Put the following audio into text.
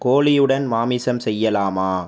கோழியுடன் மாமிசம் செய்யலாமா